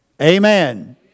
Amen